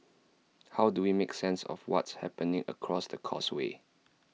how do we make sense of what's happening across the causeway